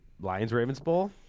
Lions-Ravens-Bowl